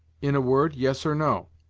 in a word, yes or no?